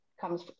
comes